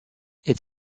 est